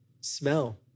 smell